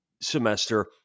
semester